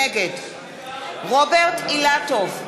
נגד רוברט אילטוב,